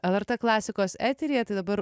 lrt klasikos eteryje tai dabar